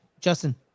Justin